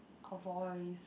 a voice